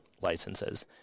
licenses